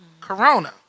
Corona